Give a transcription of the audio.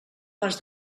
pas